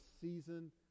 season